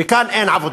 וכאן אין עבודה,